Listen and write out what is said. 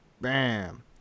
Bam